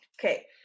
okay